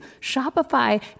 Shopify